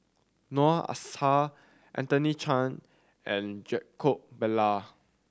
Noor Aishah Anthony Chen and Jacob Ballas